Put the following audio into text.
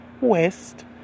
West